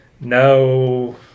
No